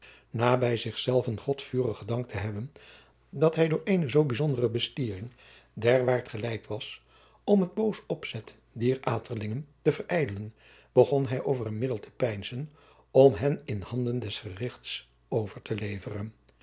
pleegzoon bij zich zelven god vurig gedankt te hebben dat hij door eene zoo bijzondere bestiering derwaart geleid was om het boos opzet dier aterlingen te verijdelen begon hij over een middel te peinzen om hen in de handen des gerichts over te leveren